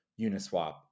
Uniswap